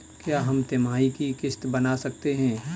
क्या हम तिमाही की किस्त बना सकते हैं?